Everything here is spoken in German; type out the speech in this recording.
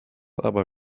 aber